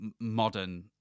modern